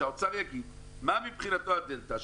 שהאוצר יגיד מה מבחינתו הדלתא.